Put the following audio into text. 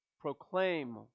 proclaim